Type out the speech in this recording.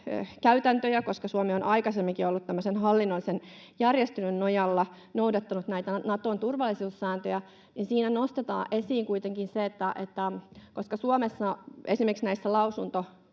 koska Suomi on aikaisemminkin tämmöisen hallinnollisen järjestelyn nojalla noudattanut näitä Naton turvallisuussääntöjä, niin siinä nostetaan esiin kuitenkin se — esimerkiksi näissä lausunnoissa